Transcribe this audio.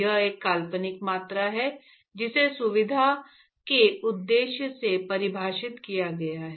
यह एक काल्पनिक मात्रा है जिसे सुविधा के उद्देश्य से परिभाषित किया गया है